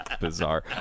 Bizarre